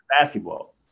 basketball